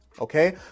okay